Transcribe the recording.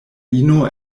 ino